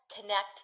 connect